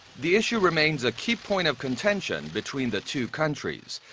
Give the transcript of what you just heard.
the issue remains a key point of contention between the two countries.